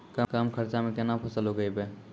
कम खर्चा म केना फसल उगैबै?